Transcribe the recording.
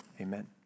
Amen